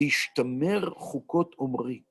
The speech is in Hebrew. השתמר חוקות עומרי.